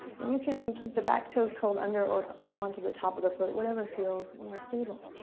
and you can keep the back toes curled under or come onto the top of the foot, whatever feels more stable.